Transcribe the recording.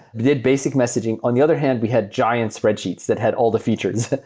did basic messaging. on the other hand, we had giant spreadsheets that had all the features.